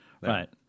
Right